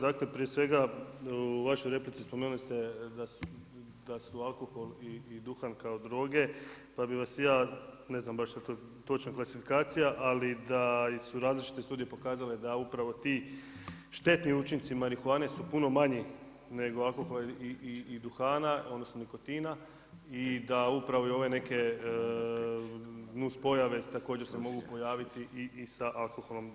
Dakle, prije svega u vašoj replici spomenuli ste da su alkohol i duhan kao droge, pa bih vas ja ne znam baš sad da li je to točna klasifikacija, ali da su različite studije pokazale da upravo ti štetni učinci marihuane su puno manji nego alkohola i duhana, odnosno nikotina i da upravo ove neke nuspojave se također mogu pojaviti i sa alkoholom.